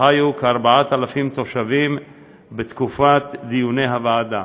חיו כ-4,000 תושבים בתקופת דיוני הוועדה.